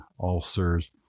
ulcers